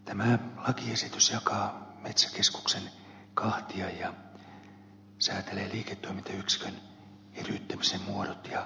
tämä lakiesitys jakaa metsäkeskuksen kahtia ja säätelee liiketoimintayksikön eriyttämisen muodot ja periaatteet